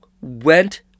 went